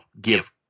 give